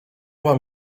mam